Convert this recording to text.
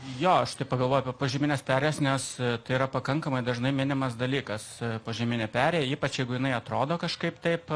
jo aš taip pagalvojau apie požemines perėjas nes tai yra pakankamai dažnai minimas dalykas požeminė perėja ypač jeigu jinai atrodo kažkaip taip